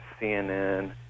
CNN